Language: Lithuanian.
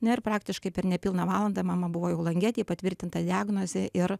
na ir praktiškai per nepilną valandą mama buvo jau langetėj patvirtinta diagnozė ir